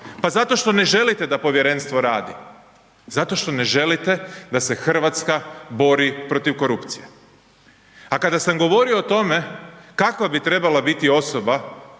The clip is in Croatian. Pa zato što ne želite da povjerenstvo radi. Zato što ne želite da se RH bori protiv korupcije. A kada sam govorio o tome kakva bi trebala biti osoba